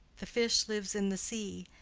the fish lives in the sea,